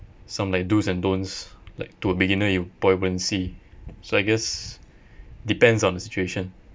some like do's and don'ts like to a beginner you probably wouldn't see so I guess depends on the situation